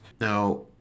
Now